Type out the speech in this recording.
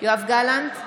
יואב גלנט,